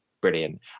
brilliant